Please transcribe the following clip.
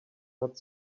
not